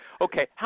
Okay